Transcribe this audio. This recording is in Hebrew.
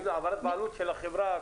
אם זאת העברת בעלות של החברה